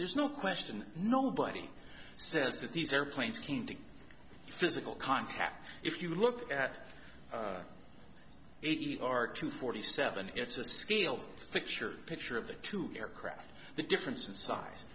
there's no question nobody says that these airplanes came to physical contact if you look at our two forty seven it's a scale picture picture of the two aircraft the difference in size